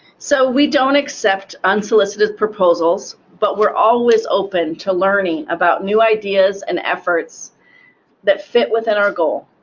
so we don't accept unsolicited proposals, but we're always open to learning about new ideas and efforts that fit within our goal.